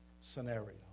scenario